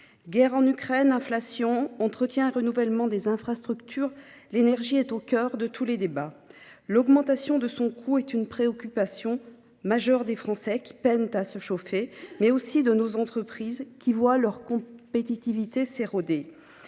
Guerre en Ukraine, inflation, entretien et renouvellement des infrastructures : l’énergie est au cœur de tous les débats. L’augmentation de son coût est une préoccupation majeure des Français, qui peinent à se chauffer, mais aussi de nos entreprises, qui voient leur compétitivité s’éroder.